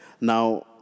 Now